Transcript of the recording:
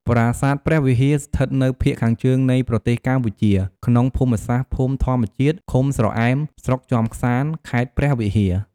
ប្រាសាទព្រះវិហារ ស្ថិតនៅភាគខាងជើងនៃប្រទេសកម្ពុជាក្នុងភូមិសាស្ត្រ ភូមិធម្មជាតិ ឃុំស្រអែម ស្រុកជាំក្សាន្ត ខេត្តព្រះវិហារ។